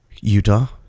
Utah